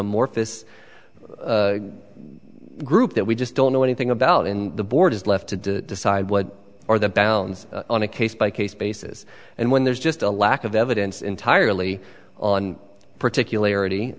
amorphous group that we just don't know anything about and the board is left to decide what are the bounds on a case by case basis and when there's just a lack of evidence entirely on particular